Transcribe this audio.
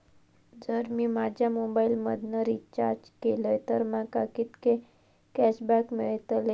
जर मी माझ्या मोबाईल मधन रिचार्ज केलय तर माका कितके कॅशबॅक मेळतले?